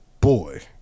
Boy